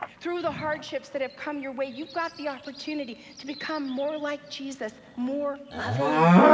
through the hardships that have come your way, you've got the opportunity to become more like jesus, more loving,